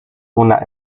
una